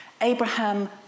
Abraham